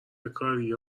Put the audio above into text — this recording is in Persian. کاریه